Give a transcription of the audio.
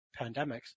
pandemics